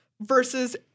versus